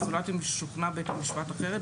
"זולת אם שוכנע בית המשפט אחרת".